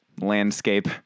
landscape